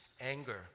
anger